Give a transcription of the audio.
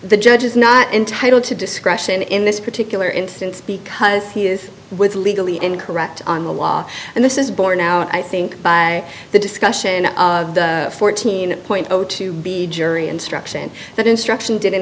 the judge is not entitled to discretion in this particular instance because he is with legally and correct on the law and this is borne out i think by the discussion fourteen to be jury instruction that instruction didn't